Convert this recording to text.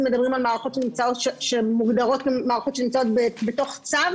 מדברים על מערכות שמוגדרות כמערכות שנמצאות בתוך צו